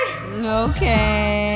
Okay